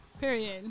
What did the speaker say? period